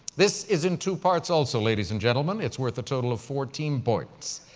this is in two parts also, ladies and gentlemen. it's worth a total of fourteen points,